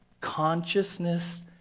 consciousness